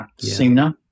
sooner